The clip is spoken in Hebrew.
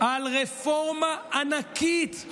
על רפורמה ענקית,